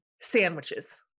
Sandwiches